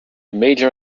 major